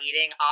eating